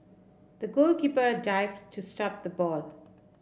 the goalkeeper dived to stop the ball